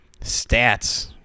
stats